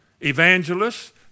evangelists